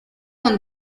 con